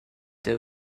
der